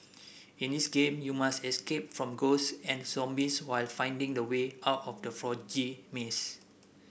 in this game you must escape from ghosts and zombies while finding the way out from the foggy maze